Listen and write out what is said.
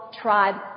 tribes